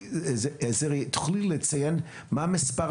תוכלי לציין מה המספר?